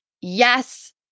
yes